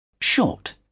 Short